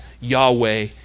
Yahweh